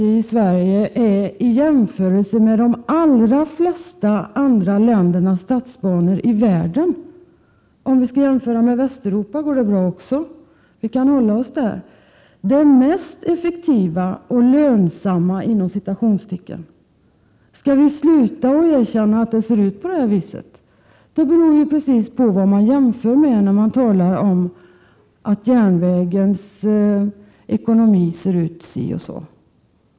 I jämförelse med de allra flesta länders statsbanor — vi kan emellertid hålla oss till länderna i Västeuropa — är statens järnvägar, SJ, i Sverige den mest effektiva och ”lönsamma” järnvägen. Skall vi sluta att erkänna att det ser ut på det här viset? Det beror precis på vad man jämför med när man talar om att järnvägens ekonomi ser ut si och så.